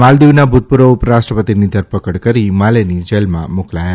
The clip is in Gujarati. માલદીવના ભૂતપૂર્વ ઉપરાષ્ટ્રપતિની ધરપકડ કરી માલેની જેલમાં મોકલાયા